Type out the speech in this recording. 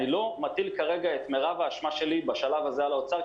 אני לא מטיל כרגע את מרב האשמה שלי בשלב הזה על האוצר,